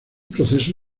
proceso